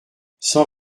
cent